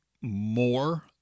more